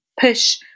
push